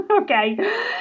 okay